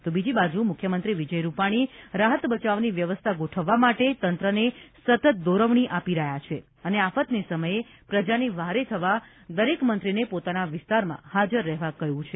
તો બીજી બાજુ મુખ્યમંત્રી વિજય રૂપાણી રાહત બચાવની વ્યવસ્થા ગોઠવવા માટે તંત્રને સતત દોરવણી આપી રહ્યા છે અને આફતને સમયે પ્રજાની વહારે થવા દરેક મંત્રીને પોતાના વિસ્તારમાં હાજર રહેવા કહ્યું છે